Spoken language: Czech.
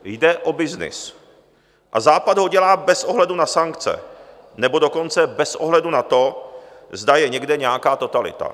Jde o byznys a Západ ho dělá bez ohledu na sankce, nebo dokonce bez ohledu na to, zda je někde nějaká totalita.